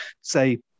say